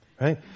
right